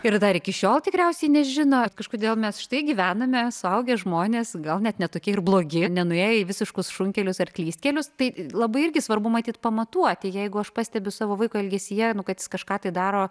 ir dar iki šiol tikriausiai nežino kažkodėl mes štai gyvename suaugę žmonės gal net ne tokie ir blogi nenuėję į visiškus šunkelius ar klystkelius tai labai irgi svarbu matyt pamatuoti jeigu aš pastebiu savo vaiko elgesyje kad jis kažką tai daro